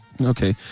Okay